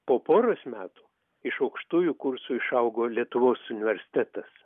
po poros metų iš aukštųjų kursų išaugo lietuvos universitetas